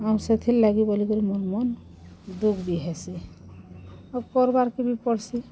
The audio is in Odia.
ମୋର୍ ସେଥିର୍ଲାଗି ବୋଲିକରି ମୋର୍ ମନ୍ ଦୁଃଖ୍ ବି ହେସି ଆଉ କରବାର୍କେ ବି ପଡ଼୍ସି